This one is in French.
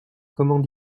comment